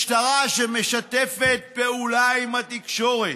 משטרה שמשתפת פעולה עם התקשורת,